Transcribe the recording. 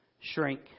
shrink